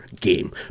game